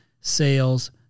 sales